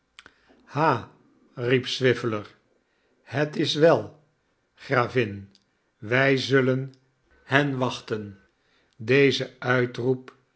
ha riep swiveller het is wel gravin wij zullen hen wachten dezen uitroep